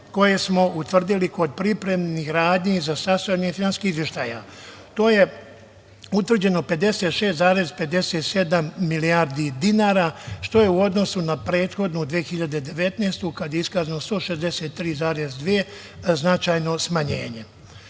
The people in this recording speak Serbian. koje smo utvrdili kod pripremnih radnji i za sastavljanje finansijskih izveštaja. To je utvrđeno 56,57 milijardi dinara, što je u odnosu na prethodnu 2019. godinu, kada je iskazano 163,2 značajno smanjenje. Što